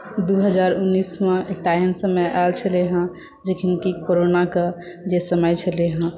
दू हजार उन्नैसमे एकटा एहन समय आयल छलै हेँ जखन कि कोरोनाके जे समय छलै हेँ